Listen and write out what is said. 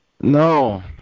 No